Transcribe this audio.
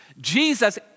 Jesus